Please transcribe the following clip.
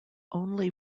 only